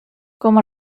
como